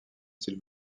style